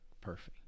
Perfect